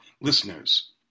listeners